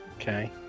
Okay